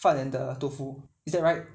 饭 and the tofu is that right